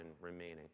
remaining